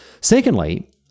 Secondly